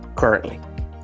currently